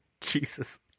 Jesus